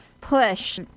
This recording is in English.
push